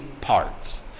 parts